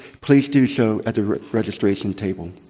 please do so at the registration table.